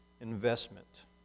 investment